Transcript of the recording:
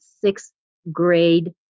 sixth-grade